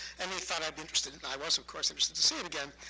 and he thought i'd be interested. and i was, of course, interested to see it again.